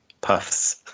puffs